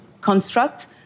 construct